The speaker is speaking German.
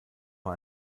mal